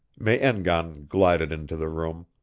me-en-gan glided into the room.